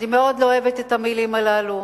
אני מאוד לא אוהבת את המלים הללו.